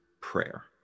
prayer